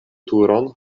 turon